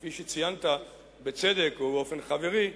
כפי שציינת בצדק ובאופן חברי,